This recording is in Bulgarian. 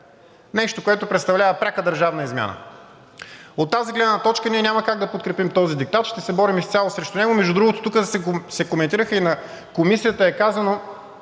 нещо, което представлява пряка държавна измяна. От тази гледна точка ние няма как да подкрепим този диктат. Ще се борим изцяло срещу него. Между другото, тук се коментира, и в Комисията е казано,